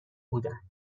بودند